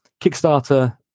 Kickstarter